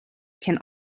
can